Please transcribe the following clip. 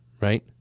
right